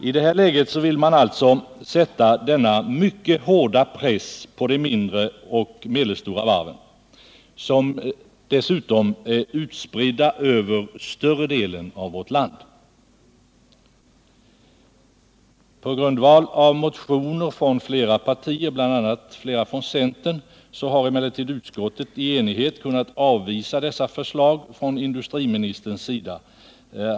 I det här läget vill man alltså sätta denna mycket hårda press på de mindre och medelstora varven, som dessutom är utspridda över större delen av vårt land. På grundval av motioner från flera partier, bl.a. flera frår. centerpartiet, har emellertid utskottet i enighet kunnat avvisa dessa förslag från industriministerns sida.